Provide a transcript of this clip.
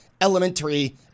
elementary